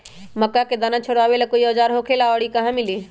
मक्का के दाना छोराबेला कोई औजार होखेला का और इ कहा मिली?